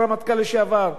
הרמטכ"ל לשעבר.